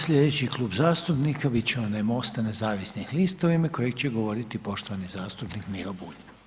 Sljedeći Klub zastupnika bit će onaj Mosta nezavisnih lista u ime kojeg će govoriti poštovani zastupnik Miro Bulj.